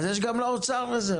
גם לאוצר יש רזרבה.